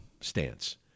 stance